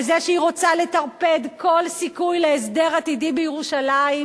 בזה שהיא רוצה לטרפד כל סיכוי להסדר עתידי בירושלים,